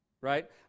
right